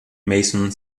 mason